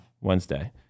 Wednesday